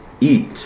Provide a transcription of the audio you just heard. Eat